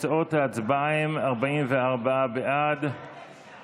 להעביר את הצעת חוק עבודת נשים (תיקון,